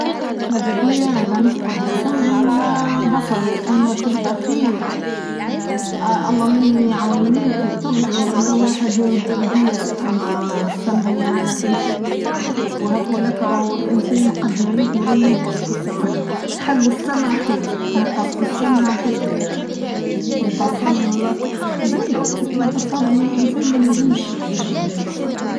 ماذا بيا لا نفقد لا سمعي ولا بصري أما في الأخير الله مني عويناتي تغزر لو واحد يغدر بيا أما سمعي على كيفه على كيفه هاكو لاكو رهو الإنسان قد ما يكبر ينقص في السمع هههه خلي السمع خير نقص في السمع خير ليا البصر زايد البصر الإنسان ماينجمش يعيش من غير بصر.